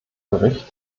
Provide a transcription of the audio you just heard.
bericht